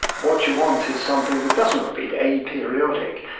what you want is something that doesn't repeat, yeah aperiodic,